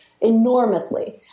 enormously